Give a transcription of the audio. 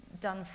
done